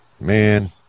man